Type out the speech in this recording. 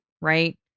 right